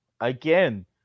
again